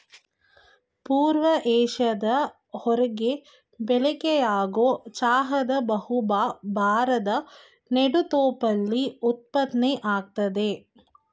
ಪೂರ್ವ ಏಷ್ಯಾದ ಹೊರ್ಗೆ ಬಳಕೆಯಾಗೊ ಚಹಾದ ಬಹುಭಾ ಭಾರದ್ ನೆಡುತೋಪಲ್ಲಿ ಉತ್ಪಾದ್ನೆ ಆಗ್ತದೆ